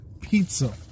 pizza